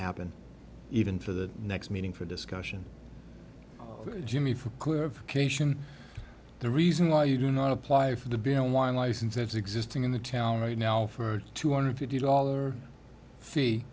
happen even for the next meeting for discussion jimmy for clarification the reason why you do not apply for the beer wine license that's existing in the town right now for two hundred fifty dollar